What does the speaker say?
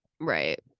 Right